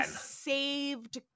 saved